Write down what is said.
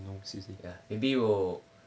ya maybe will